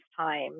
time